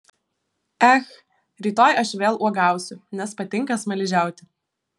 ech rytoj aš vėl uogausiu nes patinka smaližiauti